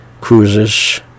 cruises